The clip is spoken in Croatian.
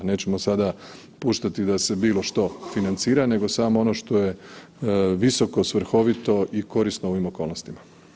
Nećemo sada puštati da se bilo što financira nego samo ono što je visoko svrhovito i korisno u ovim okolnostima.